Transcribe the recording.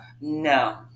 No